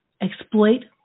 exploit